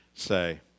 Say